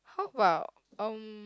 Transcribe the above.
how about um